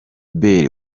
bale